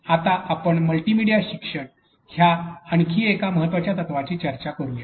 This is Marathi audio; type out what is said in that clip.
आता आपण मल्टिमीडिया शिक्षण या आणखी एका महत्त्वाच्या तत्त्वाची चर्चा करू या